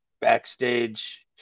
backstage